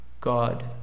God